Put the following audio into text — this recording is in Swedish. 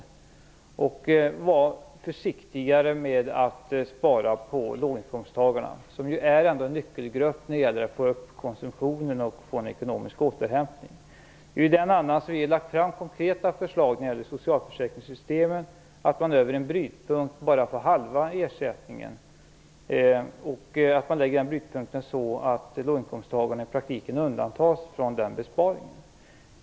Man borde vara försiktigare med att spara för låginkomsttagarna, som är en nyckelgrupp när det gäller att få upp konsumtionen och få en ekonomisk återhämtning. Därför har vi lagt fram konkreta förslag när det gäller socialförsäkringssystemen. Ett innebär att man över en brytpunkt bara skall få halva ersättningen. Den brytpunkten skall läggas så att låginkomsttagarna i praktiken undantas från den besparingen.